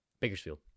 Bakersfield